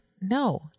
no